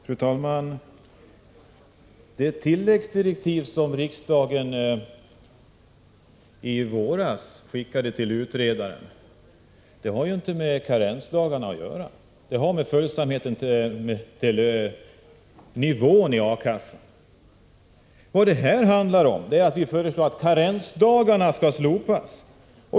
Fru talman! De tilläggsdirektiv som riksdagen i våras skickade till utredaren har ju inte med karensdagarna att göra. Dessa direktiv gäller följsamheten mot nivån i A-kassan. Vad det här handlar om är att vi föreslår att karensdagarna skall slopas.